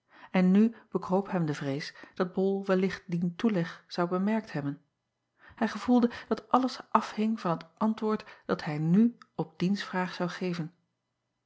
en nu bekroop hem de vrees dat ol wellicht dien toeleg zou bemerkt hebben ij gevoelde dat alles afhing van het antwoord dat hij nu op diens vraag zou geven